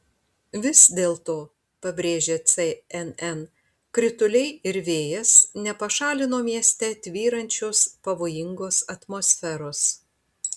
vis dėlto pabrėžia cnn krituliai ir vėjas nepašalino mieste tvyrančios pavojingos atmosferos